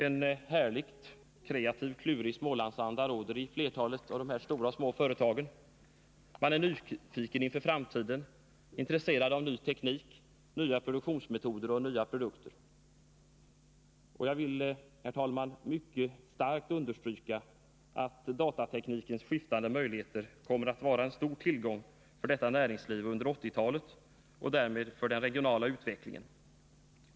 En härlig, kreativ, klurig Smålandsanda råder i flertalet såväl stora som små företag. Man är nyfiken inför framtiden, intresserad av ny teknik, nya produktionsmetoder, nya produkter. Jag vill, herr talman, mycket starkt understryka att datateknikens skiftande möjligheter kommer att vara en stor tillgång i detta näringsliv under 1980-talet, och därmed också för den regionala utvecklingen.